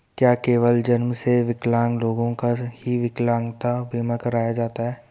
क्या केवल जन्म से विकलांग लोगों का ही विकलांगता बीमा कराया जाता है?